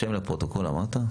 שם לפרוטוקול אמרת?